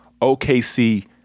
OKC